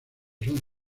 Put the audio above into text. son